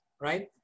right